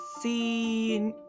see